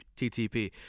ttp